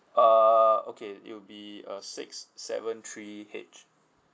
err okay it will be uh six seven three H